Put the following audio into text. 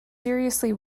seriously